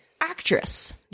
actress